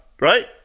right